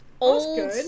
old